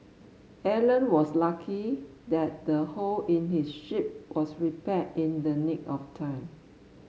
Alan was lucky that the hole in his ship was repaired in the nick of time